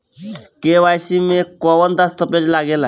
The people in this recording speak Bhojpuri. के.वाइ.सी मे कौन दश्तावेज लागेला?